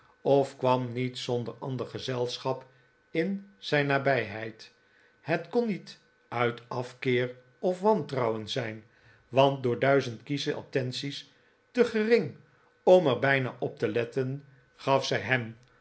pf kwam niet zonder ander gezelschap in zijn nabijheid het kon niet uit afkeer of wantrouwen zijn want door duizend kiesche attenties te gering om er bijna op te letten gaf zij hem